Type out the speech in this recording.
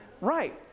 Right